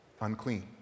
unclean